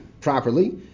properly